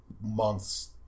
months